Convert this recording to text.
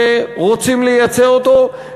שרוצים לייצא אותו,